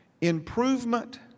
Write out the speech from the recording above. improvement